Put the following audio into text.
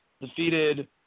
defeated